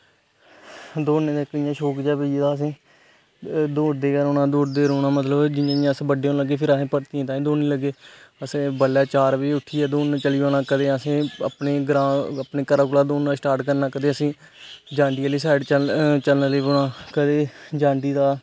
दौड़ने दा इक इन्ना शौंक जेहा पेई गेदा हा असेंगी मतलब दौड़दे गै रौहना दौड़दे गै रौहना मतलब जियां जियां अस बड्डे होन लग्गे फिर असें गी भर्तियै तांई दौड़न लग्गे असें बडलै चार बजे उट्ठियै दौड़न चली पौना कदें असें अपने ग्रां अपने घरे कोला दौड़ना स्टार्ट करना कदें असें जांडी आहली साइड चलन लेई पौना कंदे जांडी दा